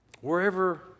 Wherever